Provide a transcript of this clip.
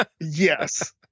Yes